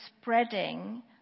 spreading